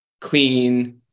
clean